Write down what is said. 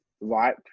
right